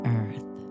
earth